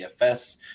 dfs